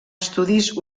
estudis